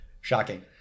shocking